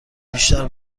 بیشتر